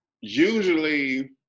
usually